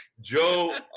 Joe